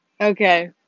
Okay